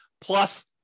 plus